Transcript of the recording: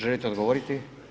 Želite odgovoriti?